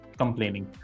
complaining